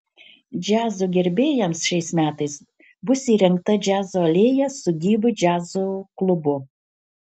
džiazo gerbėjams šiais metais bus įrengta džiazo alėja su gyvu džiazo klubu